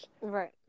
Right